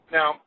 Now